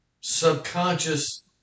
subconscious